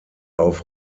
auf